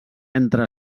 entre